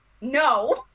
no